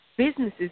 Businesses